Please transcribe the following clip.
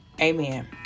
Amen